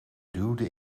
duwde